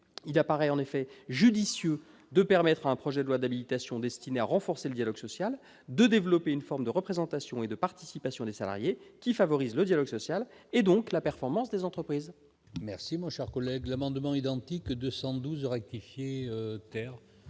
Il apparaît judicieux de permettre à un projet de loi d'habilitation destiné à renforcer le dialogue social de développer une forme de représentation et de participation des salariés qui favorise le dialogue social, et donc la performance des entreprises. La parole est à M. David Assouline, pour présenter